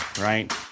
right